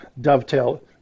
dovetail